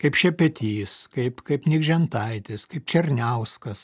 kaip šepetys kaip kaip nikžentaitis kaip černiauskas